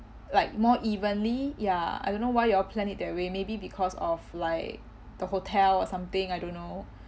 like more evenly ya I don't know why you all plan it that way maybe because of like the hotel or something I don't know